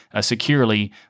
securely